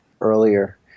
earlier